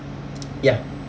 ya